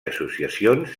associacions